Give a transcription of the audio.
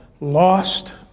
lost